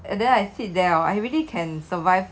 and then I sit there I really can survive